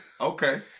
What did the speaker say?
Okay